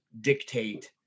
dictate